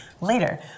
later